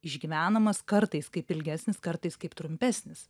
išgyvenamas kartais kaip ilgesnis kartais kaip trumpesnis